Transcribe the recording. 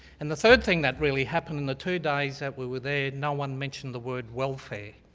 and the third thing that really happened in the two days that we were there, no one mentioned the word welfare.